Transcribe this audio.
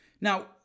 Now